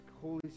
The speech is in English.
Holy